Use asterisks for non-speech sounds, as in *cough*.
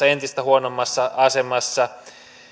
*unintelligible* entistä huonommassa asemassa